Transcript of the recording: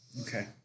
Okay